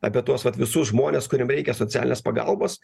apie tuos vat visus žmones kuriem reikia socialinės pagalbos